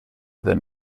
than